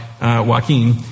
Joaquin